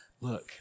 Look